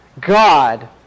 God